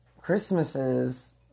Christmases